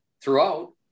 throughout